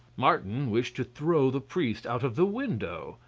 martin wished to throw the priest out of the window.